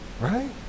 right